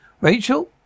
Rachel